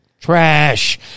trash